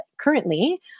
currently